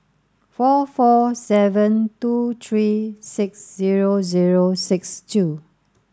four four seven two three six zero zero six two